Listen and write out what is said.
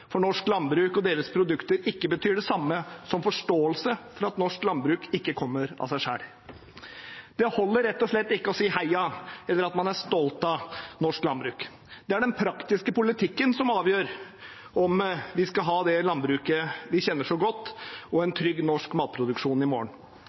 for norsk landbruk og dets produkter ikke betyr det samme som en forståelse for at norsk landbruk ikke kommer av seg selv. Det holder rett og slett ikke å si heia eller at man er stolt av norsk landbruk. Det er den praktiske politikken som avgjør om vi skal ha det landbruket vi kjenner så godt, og en